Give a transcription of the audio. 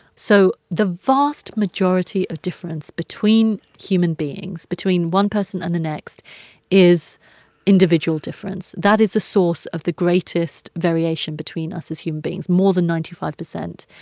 so the vast majority of difference between human beings between one person and the next is individual difference. that is the source of the greatest variation between us as human beings more than ninety five percent.